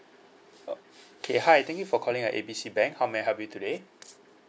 okay hi thank you for calling uh A B C bank how may I help you today